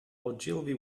ogilvy